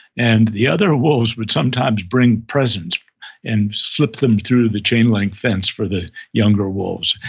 and the other wolves would sometimes bring presents and slip them through the chain-linked fence for the younger wolves.